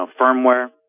firmware